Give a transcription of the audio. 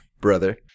brother